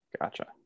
Gotcha